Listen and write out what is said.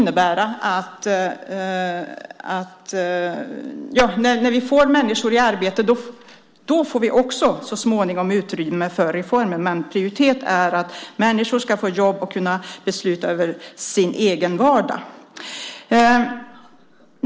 När vi får människor i arbete får vi så småningom också utrymme för reformer, men prioriteringen är att människor ska få jobb och kunna besluta över sin egen vardag.